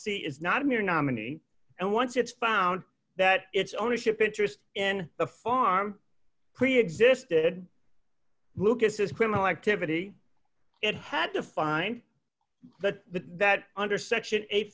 c is not a mere nominee and once it's found that its ownership interest in the farm preexisted lucas is criminal activity it had defined the that under section eight